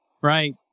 right